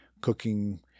cooking